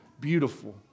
beautiful